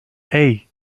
hey